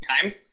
times